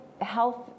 health